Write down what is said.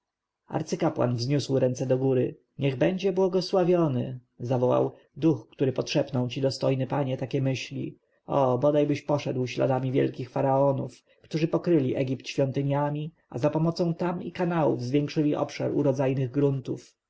arcykapłan wzniósł ręce do góry niech będzie błogosławiony zawołał duch który podszepnął ci dostojny panie takie myśli o bodajbyś poszedł śladami wielkich faraonów którzy pokryli egipt świątyniami a zapomocą tam i kanałów zwiększyli obszar urodzajnych gruntów